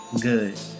good